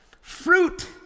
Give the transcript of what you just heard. Fruit